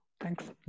Thanks